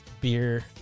beer